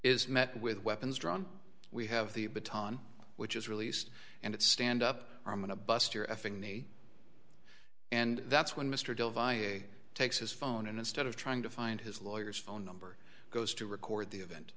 is met with weapons drawn we have the baton which is released and it's stand up or i'm going to bust your f ing name and that's when mr device takes his phone and instead of trying to find his lawyers phone number goes to record the event